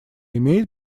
имеет